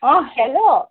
অঁ হেল্ল'